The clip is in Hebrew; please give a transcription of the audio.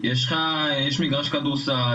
אז יש מגרש כדורסל,